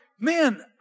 Man